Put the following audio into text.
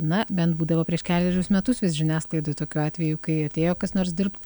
na bent būdavo prieš kelerius metus vis žiniasklaidoj tokių atvejų kai atėjo kas nors dirbt